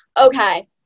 Okay